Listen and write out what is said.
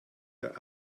der